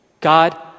God